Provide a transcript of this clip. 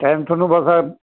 time ਤੁਹਾਨੂੰ ਬਸ ਆ